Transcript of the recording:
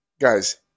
guys